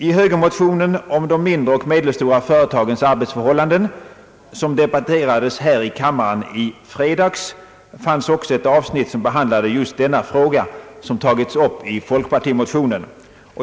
I högermotionen om de mindre och medelstora företagens arbetsförhållanden, som debatterades här i kammaren i fredags, fanns också ett avsnitt som behandlade just denna fråga, vilken tagits upp i folkpartimotionen.